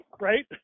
right